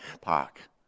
Park